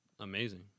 Amazing